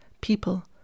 people